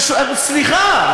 חבר'ה, סליחה.